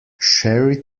sherry